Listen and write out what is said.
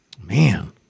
Man